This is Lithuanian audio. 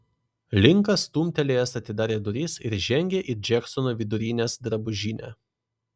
linkas stumtelėjęs atidarė duris ir žengė į džeksono vidurinės drabužinę